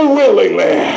willingly